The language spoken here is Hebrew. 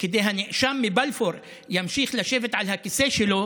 כדי שהנאשם מבלפור ימשיך לשבת על הכיסא שלו,